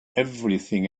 everything